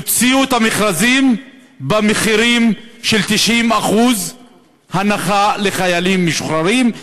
תוציאו את המכרזים במחירים של 90% הנחה לחיילים משוחררים,